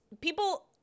people